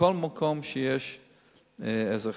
בכל מקום שיש אזרחים,